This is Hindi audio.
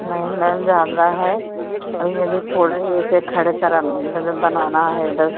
नहीं मैम ज़्यादा है अभी मेरे थोड़ा ही ऐसे खड़े करान मजब बनाना है बस